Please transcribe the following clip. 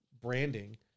branding